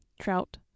trout